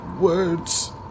words